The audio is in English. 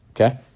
Okay